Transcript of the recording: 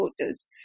voters